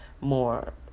more